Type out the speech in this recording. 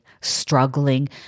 struggling